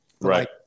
right